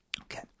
okay